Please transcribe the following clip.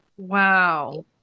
Wow